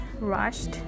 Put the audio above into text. rushed